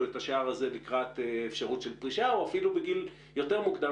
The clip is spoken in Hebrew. את השער הזה לקראת אפשרות של פרישה או אפילו בגיל מוקדם יותר,